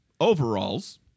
Overalls